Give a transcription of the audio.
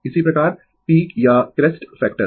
इसी प्रकार पीक या क्रेस्ट फैक्टर